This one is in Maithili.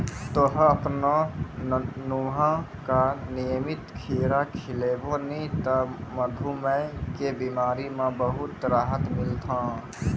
तोहॅ आपनो नुनुआ का नियमित खीरा खिलैभो नी त मधुमेह के बिमारी म बहुत राहत मिलथौं